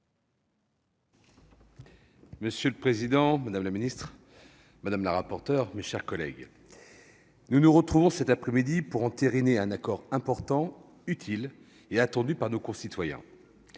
Monsieur le président, madame la ministre, mes chers collègues, nous nous retrouvons cette après-midi pour entériner un accord important, utile et attendu par nos concitoyens.